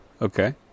Okay